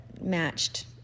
matched